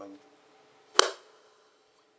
one